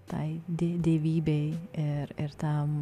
tai die dievybei ir ir tam